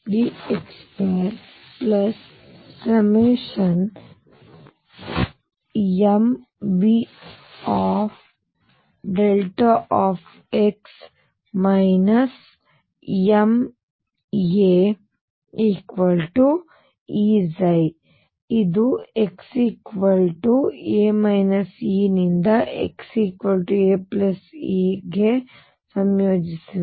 ನಾನು ಇದನ್ನು xa ϵ ನಿಂದ x aϵ ಗೆ ಸಂಯೋಜಿಸುವೆ